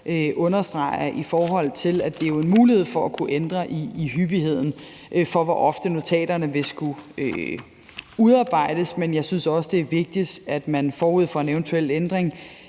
understreger, at der jo er en mulighed for at ændre i hyppigheden for, hvor ofte notaterne vil skulle udarbejdes. Men jeg synes også, det er vigtigt, at man forud for en eventuel ændring